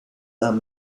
are